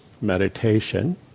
meditation